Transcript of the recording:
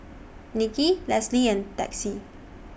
Nicki Lisle and Texie